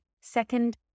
Second